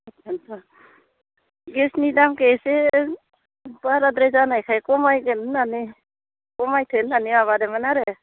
बेखायन्थ गेसनि दामखो एसे बाराद्राय जानायखाय खमायगोन होननानै खमायगोन होननानै माबादोंमोन आरो